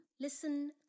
listen